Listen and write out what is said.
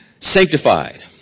Sanctified